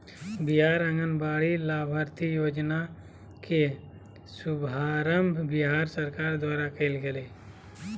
बिहार आंगनबाड़ी लाभार्थी योजना के शुभारम्भ बिहार सरकार द्वारा कइल गेलय